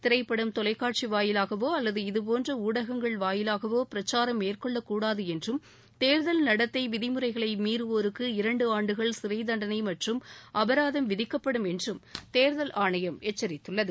திரைப்படம் தொலைக்காட்சி வாயிலாகவோ அல்லது இதுபோன்ற ஊடகங்கள் வாயிலாகவோ பிரச்சாரம் மேற்கொள்ளக்கூடாது என்றும் தேர்தல் நடத்தை விதிமுறைகளை மீறுவோருக்கு இரண்டு ஆண்டுகள் சிறை தண்டனை மற்றும் அபராதம் விதிக்கப்படும் என்றும் தேர்தல் ஆணையம் எச்சரித்துள்ளது